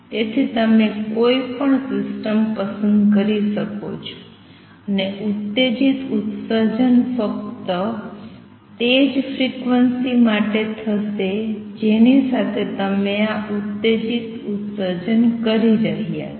તેથી તમે કોઈપણ સિસ્ટમ પસંદ કરી શકો છો અને ઉત્તેજિત ઉત્સર્જન ફક્ત તે જ ફ્રિક્વન્સી માટે થશે જેની સાથે તમે આ ઉત્તેજિત ઉત્સર્જન કરી રહ્યા છો